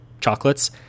chocolates